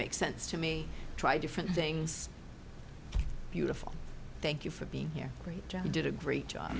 make sense to me try different things beautiful thank you for being here joe you did a great job